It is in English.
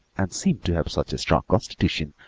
and seemed to have such a strong constitution,